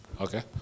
okay